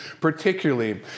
particularly